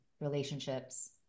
relationships